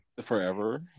forever